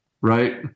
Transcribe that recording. right